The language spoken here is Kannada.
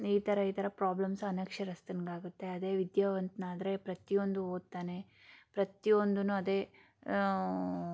ಈ ಥರ ಈ ಥರ ಪ್ರಾಬ್ಲಮ್ಸ್ ಅನಕ್ಷರಸ್ಥನ್ಗೆ ಆಗುತ್ತೆ ಅದೇ ವಿದ್ಯಾವಂತನಾದ್ರೆ ಪ್ರತಿಯೊಂದು ಓದ್ತಾನೆ ಪ್ರತಿಯೊಂದೂ ಅದೇ